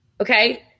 okay